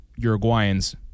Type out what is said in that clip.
Uruguayans